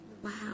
Wow